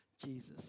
Jesus